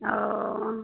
ओ